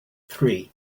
three